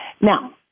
Now